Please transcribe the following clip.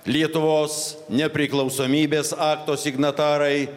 lietuvos nepriklausomybės akto signatarai